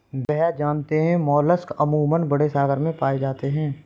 भैया जानते हैं मोलस्क अमूमन बड़े सागर में पाए जाते हैं